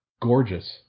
gorgeous